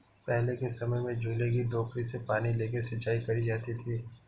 पहले के समय में झूले की टोकरी से पानी लेके सिंचाई करी जाती थी